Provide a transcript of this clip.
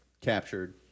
captured